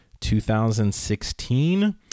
2016